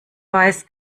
weiß